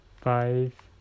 Five